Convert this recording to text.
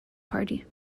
party